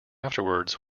afterwards